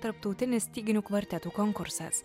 tarptautinis styginių kvartetų konkursas